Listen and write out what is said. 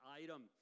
item